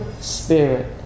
spirit